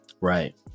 Right